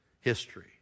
history